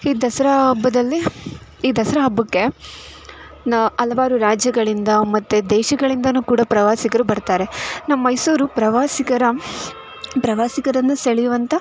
ಈ ದಸರಾ ಹಬ್ಬದಲ್ಲಿ ಈ ದಸರಾ ಹಬ್ಬಕ್ಕೆ ನ ಹಲವಾರು ರಾಜ್ಯಗಳಿಂದ ಮತ್ತು ದೇಶಗಳಿಂದಲೂ ಕೂಡ ಪ್ರವಾಸಿಗರು ಬರ್ತಾರೆ ನಮ್ಮ ಮೈಸೂರು ಪ್ರವಾಸಿಗರ ಪ್ರವಾಸಿಗರನ್ನು ಸೆಳೆಯುವಂಥ